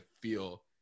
feel